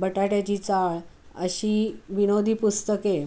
बटाट्याची चाळ अशी विनोदी पुस्तके